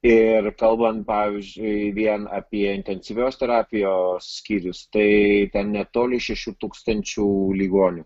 ir kalbant pavyzdžiui vien apie intensyvios terapijos skyrius tai ten netoli šešių tūkstančių ligonių